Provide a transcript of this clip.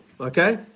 okay